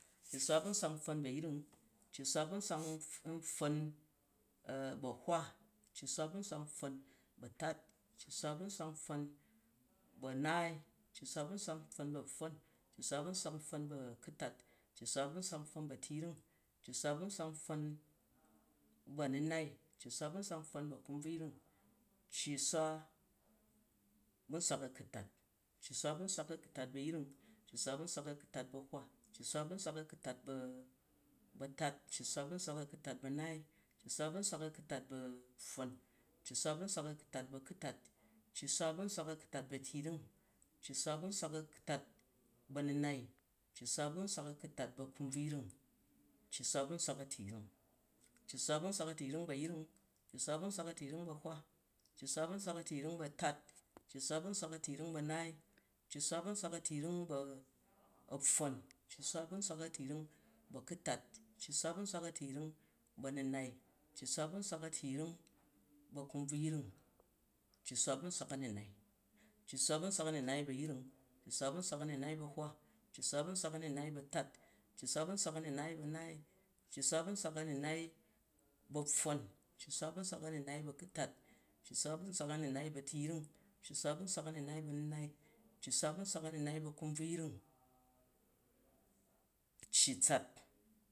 Cci-swa bu nswak npfon bu a̱yring, cci-swa bu nswak npfon bu a̱hwa, cci-swa bu nswak npfon bu atat, cci-swa bu nswak npfon bu a̱naai, cci-swa bu nswak npfon bu a̱pfon, cci-swa bu nswak npfon bu a̱ku̱tat, cci-swa bu nswak npfon bu atu̱yring, cci-swa bu nswak npfon bu a̱nu̱nai, cci-swa bu nswak npfon bu a̱kumbvuyring. Cci-swa bu nswak a̱ku̱tat, cci-swa bu nswak a̱ku̱tat bu a̱yring, cci-swa bu nswak a̱ku̱tat bu a̱hwa, cci-swa bu nswak a̱ku̱tat bu a̱tat, cci-swa bu nswak a̱ku̱tat bu a̱naai, cci-swa bu nswak a̱ku̱tat bu a̱pfon, cci-swa bu nswak a̱ku̱tat bu a̱ku̱tat, cci-swa bu nswak a̱ku̱tat bu a̱tu̱yring, cci-swa bu nswak a̱ku̱tat bu a̱nu̱nai, cci-swa bu nswak a̱ku̱tat bu a̱kumbvuyring, cci-swa bu nswak a̱tu̱yring, cci-swa bu nswak a̱tu̱yring bu a̱yring, cci-swa bu nswak a̱tu̱yring bu a̱hwa, cci-swa bu nswak a̱tu̱yring bu a̱tat, cci-swa bu nswak a̱tu̱yring bu a̱naai, cci-swa bu nswak a̱tu̱yring bu a̱pfon, cci-swa bu nswak a̱tu̱yring bu a̱ku̱tat, cci-swa bu nswak a̱tu̱yring bu autu̱yring, cci-swa bu nswak a̱tu̱yring bu a̱nu̱nai, cci-swa bu nswak a̱tu̱yring bu a̱kumbvuyring, cci-tsat, cci-swa bu nswak a̱nu̱nai, cci-swa bu nswak a̱nu̱nai bu a̱yrig, cci-swa bu nswak a̱nu̱nai bu ahwa, cci-swa bu nswak a̱nu̱nai bu a̱tat, cci-swa bu nswak a̱nu̱nai bu a̱naai, cci-swa bu nswak a̱nu̱nai bu a̱pfon, cci-swa bu nswak a̱nu̱nai bu a̱ku̱tat, cci-swa bu nswak a̱nu̱nai bu a̱tu̱yring, cci-swa bu nswak a̱nu̱nai bu a̱nu̱nai, cci-swa bu nswak a̱nu̱nai bu a̱kumbvuyring, cci-tsat.